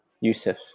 Yusuf